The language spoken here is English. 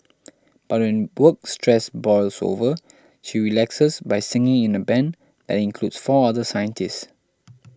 but when work stress boils over she relaxes by singing in a band that includes four other scientists